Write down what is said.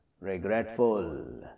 regretful